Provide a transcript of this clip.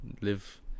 live